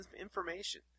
information